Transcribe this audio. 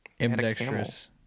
ambidextrous